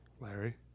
Larry